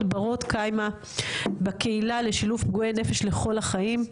ברות קיימא בקהילה לשילוב פגועי נפש בכל החיים.